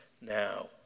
now